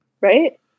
Right